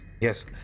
Yes